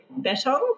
betong